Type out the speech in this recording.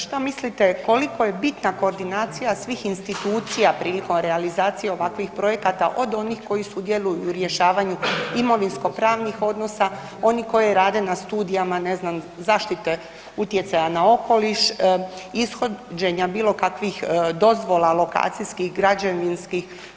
Šta mislite koliko je bitna koordinacija svih institucija prilikom realizacije ovakvih projekata od onih koji sudjeluju u rješavanju imovinsko-pravnih odnosa, onih koji rade na studijama, ne znam, zaštite utjecaja na okoliš, ishođenja bilo kakvih dozvola lokacijskih, građevinskih?